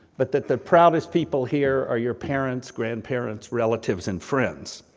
but that the proudest people here are your parents, grandparents, relatives, and friends.